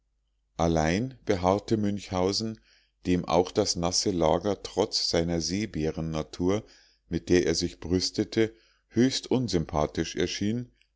allein beharrte münchhausen dem auch das nasse lager trotz seiner seebärennatur mit der er sich brüstete höchst unsympathisch erschien